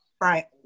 Right